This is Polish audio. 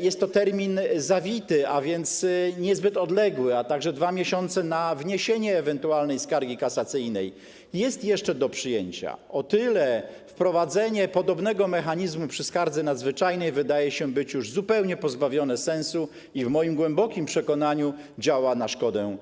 jest to termin zawity, a więc niezbyt odległy - a także 2 miesięcy na wniesienie ewentualnej skargi kasacyjnej jest to jeszcze do przyjęcia, o tyle wprowadzenie podobnego mechanizmu przy skardze nadzwyczajnej wydaje się już zupełnie pozbawione sensu i w moim głębokim przekonaniu działa na szkodę